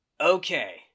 okay